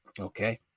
Okay